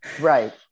Right